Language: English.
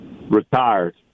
retired